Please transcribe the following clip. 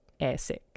airsick